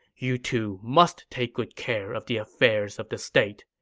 you two must take good care of the affairs of the state.